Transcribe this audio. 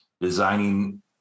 designing